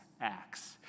acts